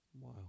Wow